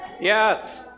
Yes